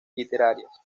literarias